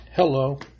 Hello